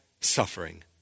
suffering